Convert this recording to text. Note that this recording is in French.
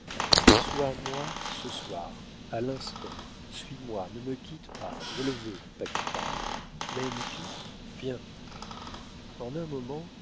à moi ce soir à l'instant suis-moi ne me quitte pas je le veux paquita m'aimes-tu viens en un moment